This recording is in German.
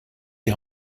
die